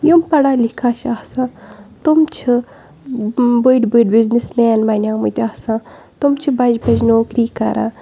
یِم پَڑا لِکھا چھِ آسان تِم چھِ بٔڑۍ بٔڑۍ بِزنِس مین بَنیٛٲے مٕتۍ آسان تِم چھِ بَجہِ بَجہِ نوکری کَران